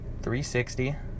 360